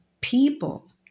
people